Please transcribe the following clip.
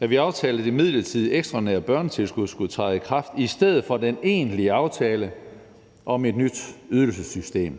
at vi aftalte, at det midlertidige ekstraordinære børnetilskud skulle træde i kraft i stedet for den egentlige aftale om et nyt ydelsessystem.